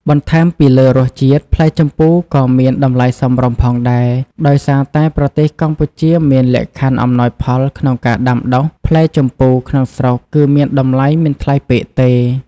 បន្ថែមពីលើរសជាតិ ផ្លែជម្ពូក៏មានតម្លៃសមរម្យផងដែរ ដោយសារតែប្រទេសកម្ពុជាមានលក្ខខណ្ឌអំណោយផលក្នុងការដាំដុះ ផ្លែជម្ពូក្នុងស្រុកគឺមានតម្លៃមិនថ្លៃពេកទេ។